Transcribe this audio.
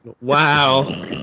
wow